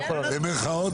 נכון?